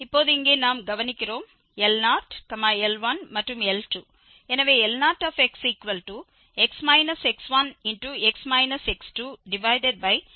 இப்போது இங்கே நாம் கவனிக்கிறோம் L0 L1 மற்றும்L2